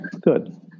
Good